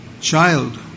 child